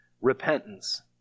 Repentance